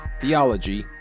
Theology